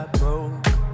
broke